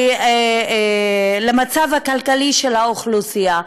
למצב הכלכלי של האוכלוסייה.